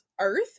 Earth